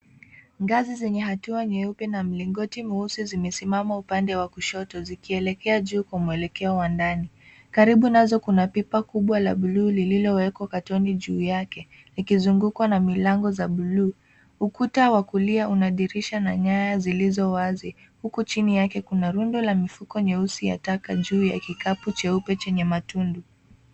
Ngazi zenye hatua nyeupe na mlingoti mweusi zimesimama upande wa kushoto zilkielekea juu kwa mwelekeo wa ndani. Karibu nazo kuna pipa kubwa la buluu lililowekwa katoni juu yake likizungukwa na milango ya buluu. Ukuta wa kulia una dirisha na nyaya zilizo wazi huku chini yake kuna rundo la mifuko nyeusi ya taka juu ya kikapu cheupe chenye matundu.